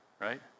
right